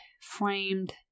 framed